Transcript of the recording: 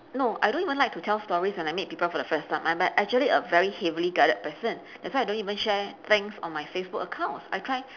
no I don't even like to tell stories when I meet people for the first time I'm a actually a very heavily guarded person that's why I don't even share things on my facebook accounts I try